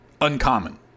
uncommon